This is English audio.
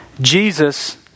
Jesus